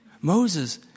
Moses